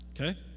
okay